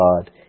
God